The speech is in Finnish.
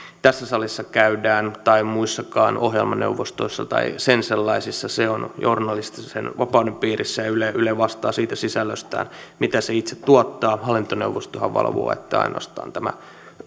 tässä salissa käydään tai muissakaan ohjelmaneuvostoissa tai sen sellaisissa se on journalistisen vapauden piirissä ja yle ja yle vastaa siitä sisällöstään mitä se itse tuottaa hallintoneuvostohan valvoo ainoastaan että tämä